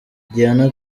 diana